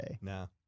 No